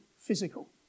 physical